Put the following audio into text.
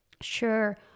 sure